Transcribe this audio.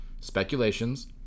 speculations